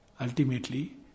Ultimately